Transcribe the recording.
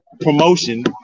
promotion